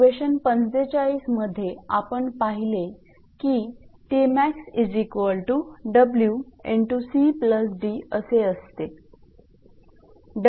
equation 45 मध्ये आपण पाहिले की असे असते